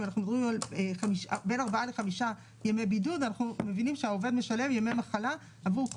במקום "עובד השוהה בבידוד ושולמו" יבוא "עובד ששולמו" ובמקום